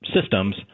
systems